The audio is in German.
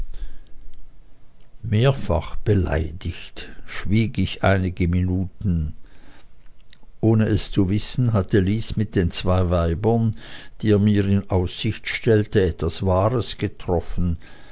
mehrfach beleidigt schwieg ich einige minuten ohne es zu wissen hatte lys mit den zwei weibern die er mir in aussicht stellte etwas wahres getroffen